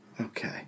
Okay